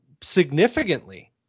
significantly